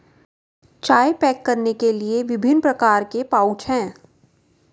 चाय पैक करने के लिए विभिन्न प्रकार के पाउच हैं